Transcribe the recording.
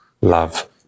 love